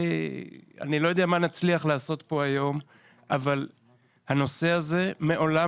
אני לא יודע מה נצליח לעשות כאן היום אבל הנושא הזה מעולם